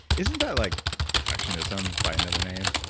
isn't that like perfectionism by another name?